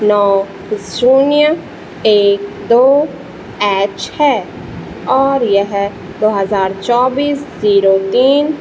नौ शून्य एक दो एच है और यह दो हज़ार चौबीस